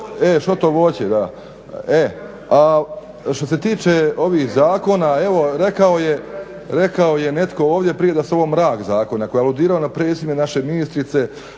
Što se tiče ovih zakona evo rekao je netko ovo prije da su ovo prije mrak zakoni, ako je aludirao na prezime naše ministrice